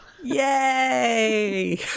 Yay